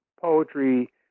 poetry